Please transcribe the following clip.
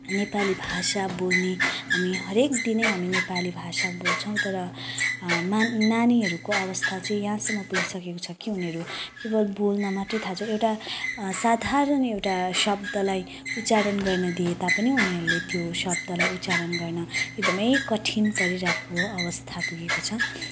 नेपाली भाषा बोल्ने हामी हरेक दिनै हामी नेपाली भाषा बोल्छौँ तर मान नानीहरूको अवस्था चाहिँ यहाँसम्म पुगिसकेको छ कि उनीहरू केवल बोल्न मात्रै थाहा छ एउटा साधारण एउटा शब्दलाई उच्चारण गर्न दिए तापनि उनीहरूले त्यो शब्दलाई उच्चारण गर्न एकदमै कठिन परिरहेको अवस्था पुगेको छ